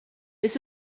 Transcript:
this